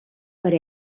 per